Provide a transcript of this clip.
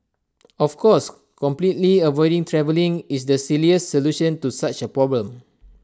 of course completely avoiding travelling is the silliest solution to such A problem